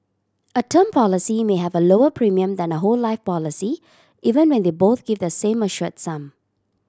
a term policy may have a lower premium than a whole life policy even when they both give the same assured sum